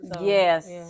yes